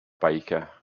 baker